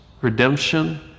redemption